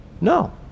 No